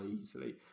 easily